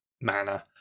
manner